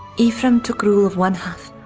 yhprum took rule of one half,